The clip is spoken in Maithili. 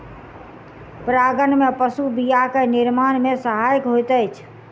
परागन में पशु बीया के निर्माण में सहायक होइत अछि